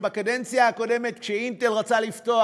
שבקדנציה הקודמת, כש"אינטל" רצתה לפתוח